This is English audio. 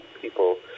people